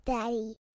Daddy